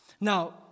Now